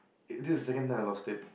the this second time I lost it